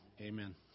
Amen